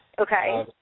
Okay